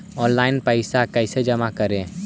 Online पैसा कैसे जमा करे?